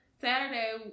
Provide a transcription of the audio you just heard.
Saturday